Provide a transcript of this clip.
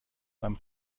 beim